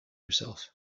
herself